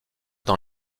dans